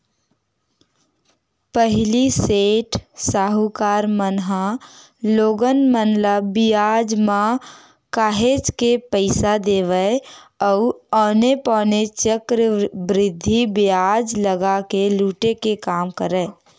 पहिली सेठ, साहूकार मन ह लोगन मन ल बियाज म काहेच के पइसा देवय अउ औने पौने चक्रबृद्धि बियाज लगा के लुटे के काम करय